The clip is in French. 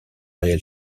réel